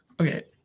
okay